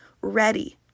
ready